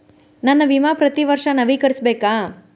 ನನ್ನ ವಿಮಾ ಪ್ರತಿ ವರ್ಷಾ ನವೇಕರಿಸಬೇಕಾ?